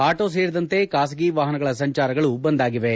auto ಸೇರಿದಂತೆ ಖಾಸಗಿ ವಾಹನಗಳ ಸಂಚಾರಗಳೂ ಬಂದ್ ಆಗಿವೆ